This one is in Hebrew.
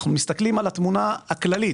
אנחנו מסתכלים על התמונה הכללית.